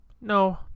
No